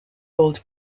old